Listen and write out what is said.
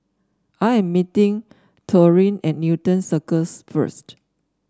I am meeting Taurean at Newton Cirus first